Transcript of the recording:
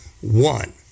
one